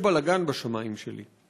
יש בלגן בשמים שלי.